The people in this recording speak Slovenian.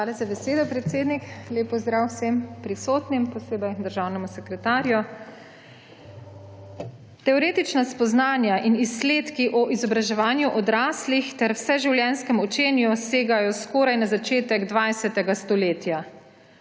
Hvala za besedo, predsednik. Lep pozdrav vsem prisotnim, posebej državnemu sekretarju! Teoretična spoznanja in izsledki o izobraževanju odraslih ter vseživljenjskem učenju segajo skoraj na začetek 20. stoletja,